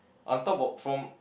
on top o~ from